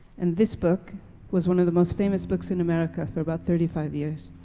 and this book was one of the most famous books in america for about thirty five years.